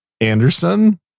Anderson